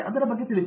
ದೀಪಾ ವೆಂಕಟೇಶ್ ಸರಿ